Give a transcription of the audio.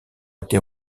été